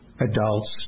adults